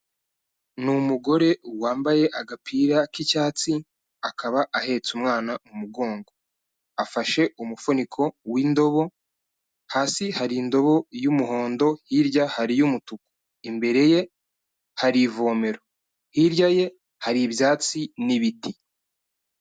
Ni umugore wambaye agapira k'icyatsi akaba ahetse umwana mu mugongo, afashe umufuniko w'indobo, hasi hari indobo y'umuhondo hirya hari iy'umutuku, imbere ye hari ivomero, hirya ye hari ibyatsi n'ibiti.